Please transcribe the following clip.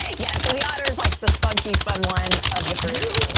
yeah. so the otter's like the spunky fun one of the group.